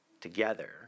together